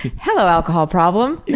hello alcohol problem.